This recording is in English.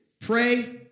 pray